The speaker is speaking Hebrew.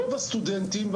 רוב הסטודנטים,